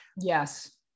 Yes